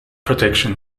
protection